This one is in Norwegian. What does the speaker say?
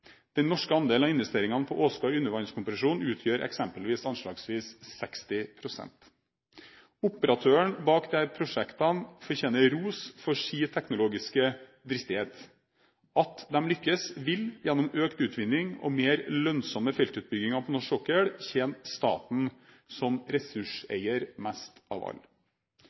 Den norske andelen av investeringene på Åsgard undervannskompresjon utgjør f.eks. anslagsvis 60 pst. Operatørene bak disse prosjektene fortjener ros for sin teknologiske dristighet. At de lykkes gjennom økt utvinning og mer lønnsomme feltutbygginger på norsk sokkel, vil tjene staten som ressurseier mest av